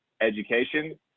education